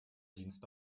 dienst